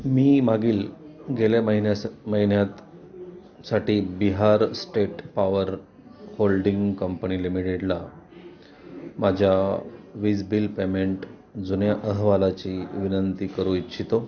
मी मागील गेल्या महिन्यास महिन्यातसाठी Bihar state power holding company लिमिटेडला माझ्या वीज बिल पेमेंट जुन्या अहवालाची विनंती करू इच्छितो